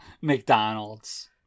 McDonald's